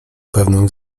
pewnym